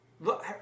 Look